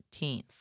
13th